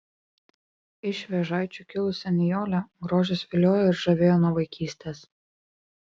iš vėžaičių kilusią nijolę grožis viliojo ir žavėjo nuo vaikystės